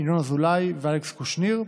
ינון אזולאי ואלכס קושניר,